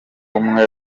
umwe